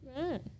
Right